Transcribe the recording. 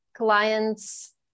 Clients